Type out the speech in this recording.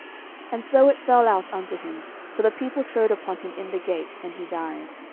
and so it fell out unto him for the people trode upon him in the gate, and he died.